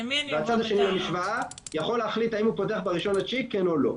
והצד השני למשוואה יכול להחליט האם הוא פותח ב-1.9 כן או לא,